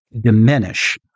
diminish